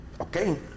Okay